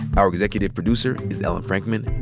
our executive producer is ellen frankman.